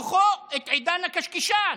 מתוכו את עידן הקשקשן,